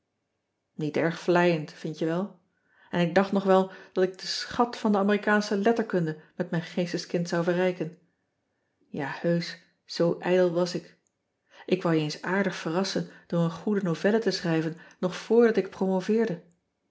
iet erg vleiend vind je wel n ik dacht nog wel dat ik den schat van de merikaansche letterkunde met mijn geesteskind zou verrijken a heusch zoo ijdel was ik k wou je eens aardig verrassen door een goede novelle te schrijven nog voordat ik promoveerde